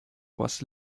was